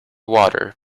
water